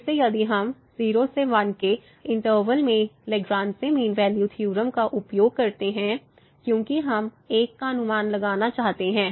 फिर से यदि हम 0 से 1 के इनटर्वल में लैग्रेंज मीन वैल्यू थ्योरम का उपयोग करते हैं क्योंकि हम 1 का अनुमान लगाने चाहते हैं